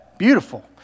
beautiful